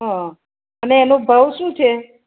હાં અને એનો ભાવ શું છે